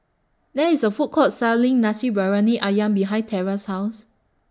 There IS A Food Court Selling Nasi Briyani Ayam behind Terra's House